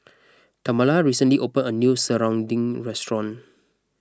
Tamala recently opened a new Serunding restaurant